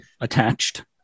attached